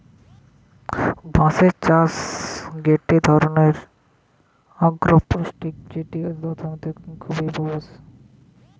বাঁশের চাষ গটে ধরণের আগ্রোফরেষ্ট্রী যেটি অর্থনীতির ওপর খুবই প্রভাবশালী